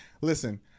Listen